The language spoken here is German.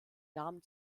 nahmen